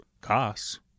costs